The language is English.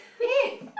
eight